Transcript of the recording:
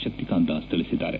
ಶಕ್ತಿಕಂತ ದಾಸ್ ತಿಳಿಸಿದ್ದಾರೆ